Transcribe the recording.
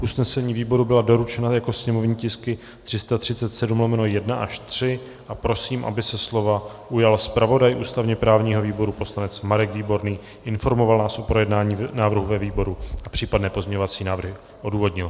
Usnesení výboru byla doručena jako sněmovní tisky 337/1 až 3 a prosím, aby se slova ujal zpravodaj ústavněprávního výboru poslanec Marek Výborný, informoval nás o projednání návrhu ve výboru a případné pozměňovací návrhy odůvodnil.